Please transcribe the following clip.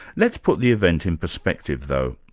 let's put the event in perspective, though.